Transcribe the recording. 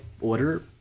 order